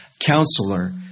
Counselor